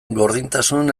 gordintasun